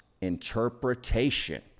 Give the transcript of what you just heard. interpretation